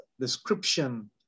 description